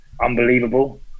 unbelievable